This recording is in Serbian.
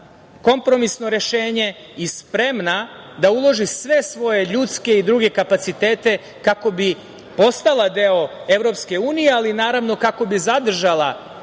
kompromisno rešenje i spremna da uloži sve svoje ljudske i druge kapacitete kako bi postala deo EU, ali naravno, kako bi zadržala